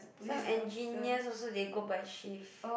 some engineers also they go by shift